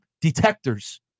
detectors